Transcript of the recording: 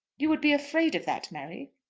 you would be afraid of that, mary?